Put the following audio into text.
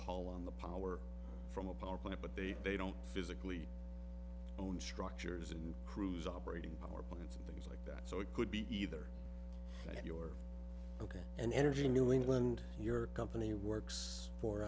call on the power from a power plant but they they don't physically own structures and crews operating power plants like that so it could be either your ok and energy new england your company works for